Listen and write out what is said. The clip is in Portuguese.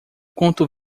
conto